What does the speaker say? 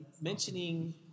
mentioning